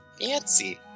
Fancy